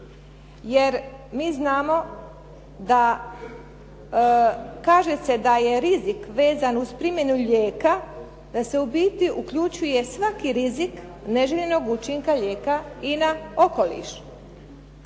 jer mi znamo da kaže se da je rizik vezan uz primjenu lijeka, da se u biti uključuje svaki rizik neželjenog učinka lijeka i na okoliš.